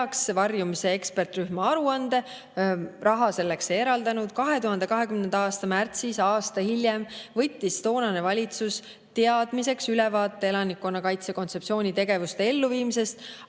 varjumise ekspertrühma aruande. Raha ta selleks ei eraldanud. 2020. aasta märtsis, aasta hiljem, võttis toonane valitsus teadmiseks ülevaate elanikkonnakaitse kontseptsiooni tegevuste elluviimisest,